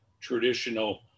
traditional